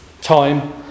time